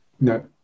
No